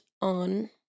on